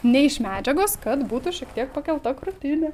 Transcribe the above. ne iš medžiagos kad būtų šiek tiek pakelta krūtinė